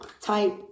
type